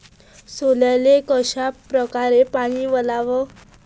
सोल्याले कशा परकारे पानी वलाव?